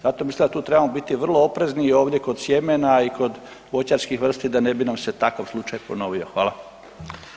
Zato mislim da tu trebamo biti vrlo oprezni i ovdje kod sjemena i kod voćarskih vrsti da ne bi nam se takav slučaj ponovio.